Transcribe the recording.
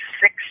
six